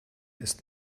ist